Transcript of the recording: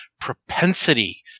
propensity